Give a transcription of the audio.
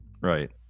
right